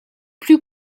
plus